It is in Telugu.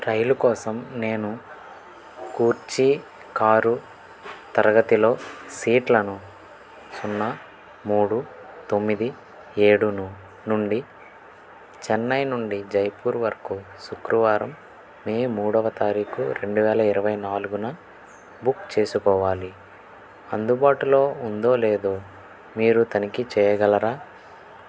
రైలు కోసం నేను కూర్చీ కారు తరగతిలో సీట్లను సున్నా మూడు తొమ్మిది ఏడును నుండి చెన్నై నుండి జైపూర్ వరకు శుక్రవారం మే మూడవ తారీఖు రెండు వేల ఇరవై నాలుగున బుక్ చేసుకోవాలి అందుబాటులో ఉందో లేదో మీరు తనిఖీ చెయ్యగలరా